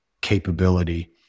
capability